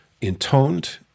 intoned